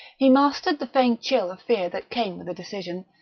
he mastered the faint chill of fear that came with the decision,